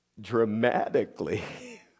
Dramatically